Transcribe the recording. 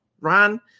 Ron